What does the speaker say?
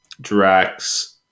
drax